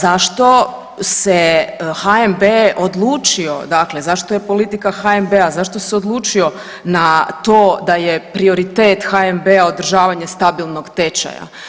Zašto se HNB odlučio, dakle zašto je politika HNB-a, zašto se odlučio na to da je prioritet HNB-a održavanje stabilnog tečaja?